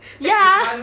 ya